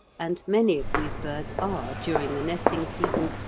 and many of these birds are, during the nesting season,